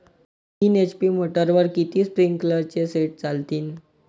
तीन एच.पी मोटरवर किती स्प्रिंकलरचे सेट चालतीन?